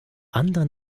anderen